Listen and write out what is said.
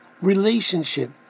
relationship